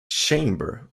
chamber